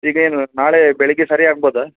ಈಗ ಏನು ನಾಳೆ ಬೆಳಗ್ಗೆ ಸರಿ ಆಗ್ಬೋದಾ